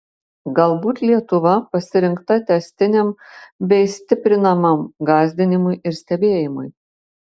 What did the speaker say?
galbūt lietuva pasirinkta tęstiniam bei stiprinamam gąsdinimui ir stebėjimui